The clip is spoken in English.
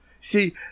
See